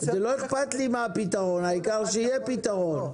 לא אכפת לי מה הפתרון, העיקר שיהיה פתרון.